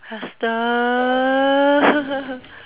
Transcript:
faster